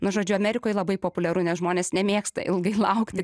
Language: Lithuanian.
nu žodžiu amerikoj labai populiaru nes žmonės nemėgsta ilgai laukti